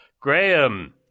graham